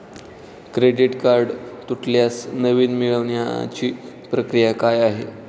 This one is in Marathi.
क्रेडिट कार्ड तुटल्यास नवीन मिळवण्याची प्रक्रिया काय आहे?